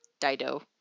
Dido